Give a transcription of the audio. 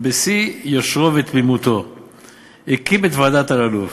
בשיא יושרו ותמימותו הקים את ועדת אלאלוף,